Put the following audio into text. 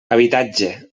habitatge